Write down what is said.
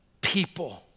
people